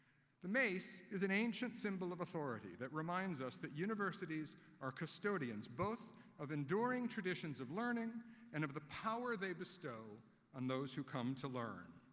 the mace is an ancient symbol of authority that reminds us that universities are custodians both of enduring traditions of learning and of the power they bestow on those who come to learn.